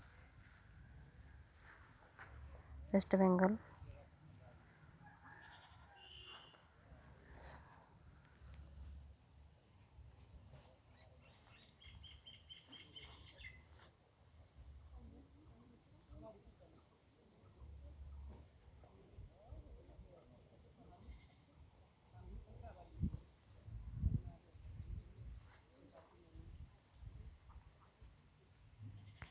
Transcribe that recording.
West Bengal